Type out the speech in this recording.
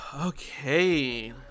Okay